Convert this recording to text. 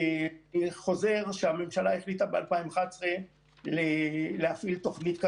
אני חוזר שהממשלה החליטה ב-2011 להפעיל תוכנית כזאת.